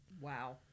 Wow